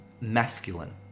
masculine